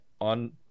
on